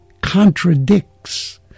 contradicts